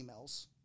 emails